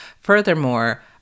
Furthermore